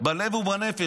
בלב ובנפש,